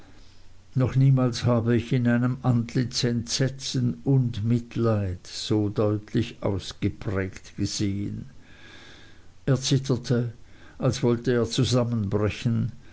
noch niemals habe ich in einem antlitz entsetzen und mitleid so deutlich ausgeprägt gesehen er zitterte als wollte er zusammenbrechen